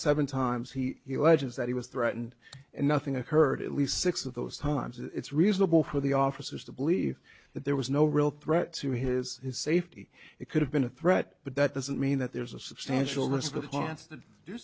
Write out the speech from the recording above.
seven times he he ledges that he was threatened and nothing occurred at least six of those times it's reasonable for the officers to believe that there was no real threat to his safety it could have been a threat but that doesn't mean that there's a substantial